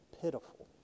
Pitiful